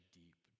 deep